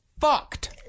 fucked